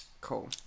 Cool